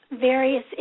Various